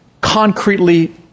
concretely